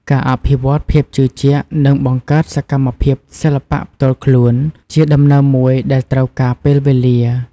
ការអភិវឌ្ឍភាពជឿជាក់ និងបង្កើតសកម្មភាពសិល្បៈផ្ទាល់ខ្លួនជាដំណើរមួយដែលត្រូវការពេលវេលា។